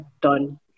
done